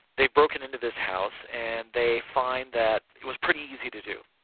they've broken into this house and they find that it was pretty easy to do.